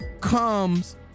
comes